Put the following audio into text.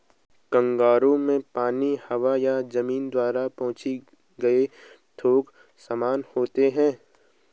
cargo में पानी, हवा या जमीन द्वारा पहुंचाए गए थोक सामान होते हैं